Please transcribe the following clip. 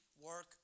work